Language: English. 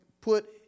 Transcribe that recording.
put